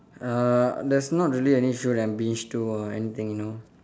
uh there's not really any show that I'm binged to or anything you know